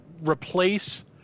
replace